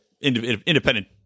independent